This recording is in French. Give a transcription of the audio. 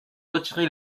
retiré